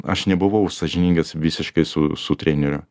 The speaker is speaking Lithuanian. aš nebuvau sąžiningas visiškai su su treneriu